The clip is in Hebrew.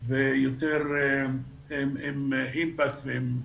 ויותר עם אימפקטים,